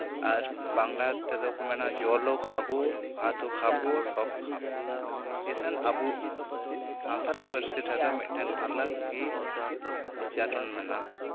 ᱟᱨ ᱵᱟᱝᱞᱟ ᱛᱮᱫᱚ ᱠᱚ ᱢᱮᱱᱟ ᱡᱚᱞᱚᱣ ᱠᱷᱟᱵᱚ ᱵᱷᱟᱛᱚᱣ ᱠᱷᱟᱵᱚ ᱥᱚᱵ ᱠᱷᱟᱵᱚ ᱤᱠᱷᱟᱹᱱ ᱟᱵᱚ ᱥᱟᱱᱛᱟᱲᱤ ᱯᱟᱹᱨᱥᱤ ᱨᱮᱫᱚ ᱢᱤᱫᱴᱮᱱ ᱟᱞᱟᱜᱽ ᱜᱮ ᱩᱪᱪᱟᱨᱚᱱ ᱢᱮᱱᱟᱜᱼᱟ